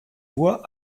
voix